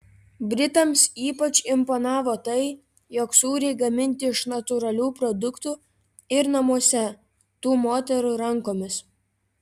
britams ypač imponavo tai jog sūriai gaminti iš natūralių produktų ir namuose tų moterų rankomis